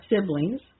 siblings